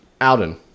Alden